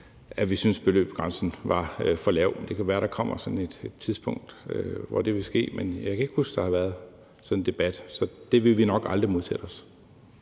at vi syntes beløbsgrænsen var for lav, men det kan jo være, der kommer sådan et tidspunkt, hvor det vil ske. Men jeg kan ikke huske, der har været sådan en debat. Så det ville vi nok aldrig modsætte os.